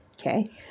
Okay